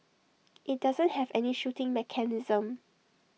IT doesn't have any shooting mechanism